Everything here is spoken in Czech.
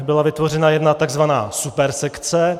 Byla vytvořena jedna takzvaná supersekce.